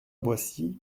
boissy